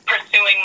pursuing